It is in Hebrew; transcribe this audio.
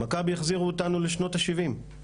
מכבי החזירו אותנו לשנות ה-70,